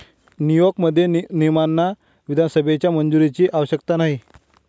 न्यूयॉर्कमध्ये, नियमांना विधानसभेच्या मंजुरीची आवश्यकता नाही